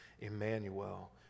Emmanuel